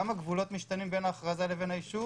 גם הגבולות משתנים בין ההכרזה לבין היישוב